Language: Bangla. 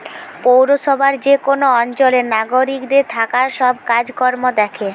পৌরসভা যে কোন অঞ্চলের নাগরিকদের থাকার সব কাজ কর্ম দ্যাখে